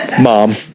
Mom